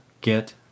get